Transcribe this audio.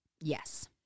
Yes